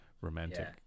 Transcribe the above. romantic